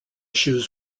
shoes